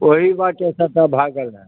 ओही बाटे सभटा भागल रहए